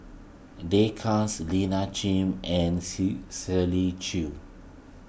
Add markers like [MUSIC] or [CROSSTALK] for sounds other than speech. Day Kas Lina Chiam and [UNINTELLIGIBLE] Shirley Chew